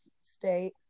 state